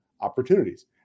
opportunities